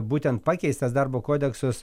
būtent pakeistas darbo kodeksas